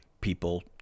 people